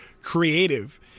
creative